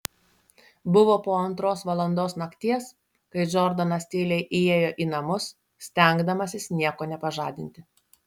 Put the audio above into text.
buvo po antros valandos nakties kai džordanas tyliai įėjo į namus stengdamasis nieko nepažadinti